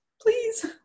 please